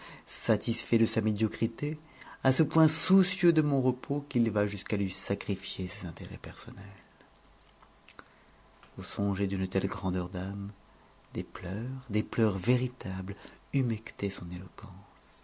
satisfait de sa médiocrité à ce point soucieux de mon repos qu'il va jusqu'à lui sacrifier ses intérêts personnels au songé d'une telle grandeur d'âme des pleurs des pleurs véritables humectaient son éloquence